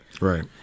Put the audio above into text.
Right